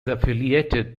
affiliated